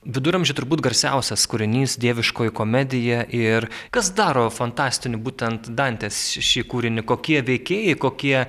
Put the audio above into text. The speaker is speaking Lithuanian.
viduramžių turbūt garsiausias kūrinys dieviškoji komedija ir kas daro fantastiniu būtent dantės šį kūrinį kokie veikėjai kokie